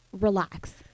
relax